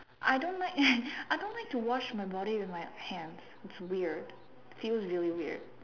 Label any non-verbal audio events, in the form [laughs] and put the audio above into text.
I don't like [laughs] I don't like to wash my body with my hands it's weird feels really weird